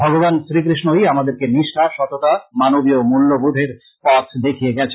ভগবান শ্রী কৃষ্ণই আমাদেরকে নিষ্টা সততা মানবীয় মূল্য বোধের পথ দেখিয়ে গেছেন